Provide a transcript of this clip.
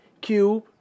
Cube